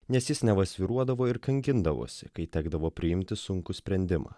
nes jis neva svyruodavo ir kankindavosi kai tekdavo priimti sunkų sprendimą